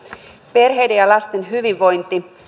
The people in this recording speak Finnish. perheiden ja lasten hyvinvointi